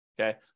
okay